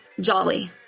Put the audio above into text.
Jolly